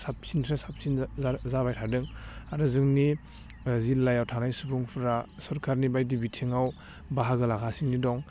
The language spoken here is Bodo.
साबसिननिफ्राय साबसिन जा जाबाय थादों आरो जोंनि जिल्लायाव थानाय सुबुंफ्रा सरकारनि बायदि बिथिङाव बाहागो लागासिनो दं